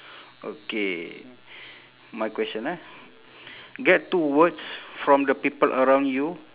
okay my question ah get two words from the people around you